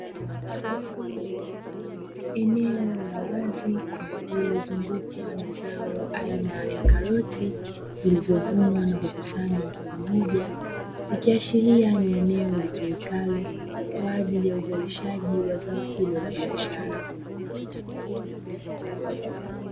Eneo la wazi lililozungukwa na zao aina ya karoti zilizovunwa na kukusanywa kwa pamoja, ikiashiria ni eneo litumikalo kwa ajili ya uzalishaji wa zao hilo la biashara.